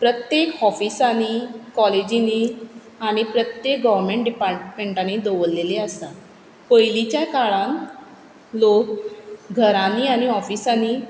प्रत्येक ऑफिसांनी कॉलेजींनी आनी प्रत्येक गोवोरमेंट डिपार्टमेंटांनी दवरलेलीं आसा पयलींच्या काळान लोक घरांनी आनी ऑफिसांनी